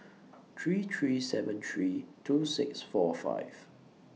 three three seven three two six four five